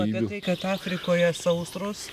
apie tai kad afrikoje sausros